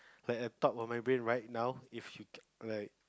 like at top of my brain right now if you like